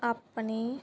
ਆਪਣੀ